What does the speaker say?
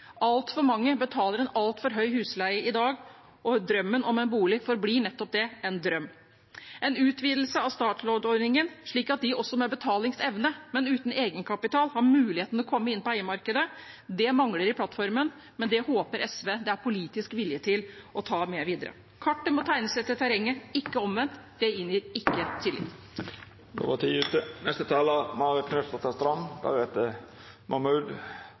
Altfor mange betaler en altfor høy husleie i dag, og drømmen om en bolig forblir nettopp det – en drøm. En utvidelse av startlånordningen – slik at også de med betalingsevne, men uten egenkapital får muligheten til å komme inn på eiemarkedet – mangler i plattformen, men det håper SV det er politisk vilje til å ta med videre. Kartet må tegnes etter terrenget – ikke omvendt, for det inngir ikke tillit.